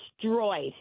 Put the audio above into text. destroyed